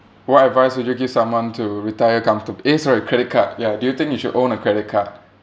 what advice would you give someone to retire comforta~ eh sorry credit card ya do you think you should own a credit card